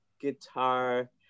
guitar